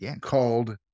called